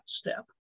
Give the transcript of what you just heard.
step